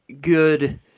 good